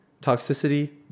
toxicity